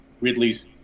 Ridley's